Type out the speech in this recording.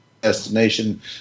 destination